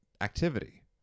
activity